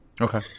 Okay